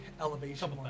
elevation